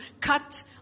cut